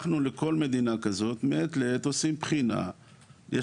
אנחנו עושים לכל מדינה כזאת בחינה מעת לעת.